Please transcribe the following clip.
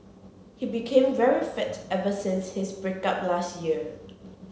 he became very fit ever since his break up last year